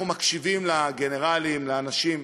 אנחנו מקשיבים לגנרלים, לאנשים.